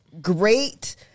great